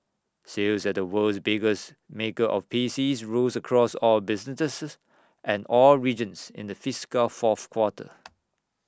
sales at the world's biggest maker of PCs rose across all businesses and all regions in the fiscal fourth quarter